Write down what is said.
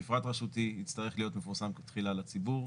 שהמפרט הרשותי יצטרך להיות מפורסם תחילה לציבור.